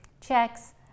checks